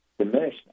diminishment